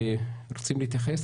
אתם רוצים להתייחס?